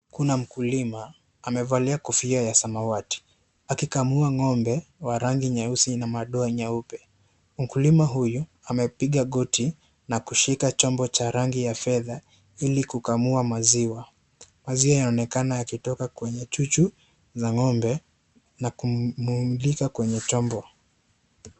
Kuna mkulima amevalia kofia ya samawati ,akikamua ngombe wa rangi nyeusi na madoa nyeupe. Mkulima huyu amepiga koti na kushika chombo ya rangi ya fedha ili kukamua maziwa . Maziwa yanaonekana yakitoka kwenye chuchu za ngombe na kuingiza kwenye chombo.